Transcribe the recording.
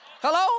Hello